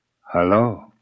Hello